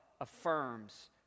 affirms